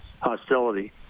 hostility